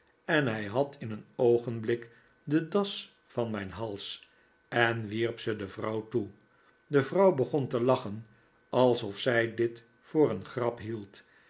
eh hij had in een oogenblik de das van mijn hals en wierp ze de vrouw toe de vrouw begon te lachen alsof zij dit voor een grap hield